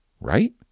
right